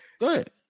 good